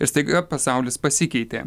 ir staiga pasaulis pasikeitė